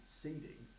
seeding